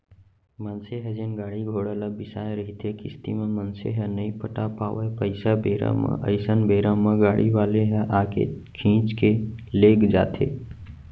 मनसे ह जेन गाड़ी घोड़ा ल बिसाय रहिथे किस्ती म मनसे ह नइ पटा पावय पइसा बेरा म अइसन बेरा म गाड़ी वाले ह आके खींच के लेग जाथे